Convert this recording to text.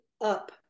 up